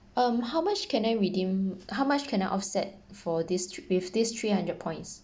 um how much can I redeem how much can I offset for this trip with these three hundred points